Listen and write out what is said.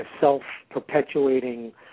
self-perpetuating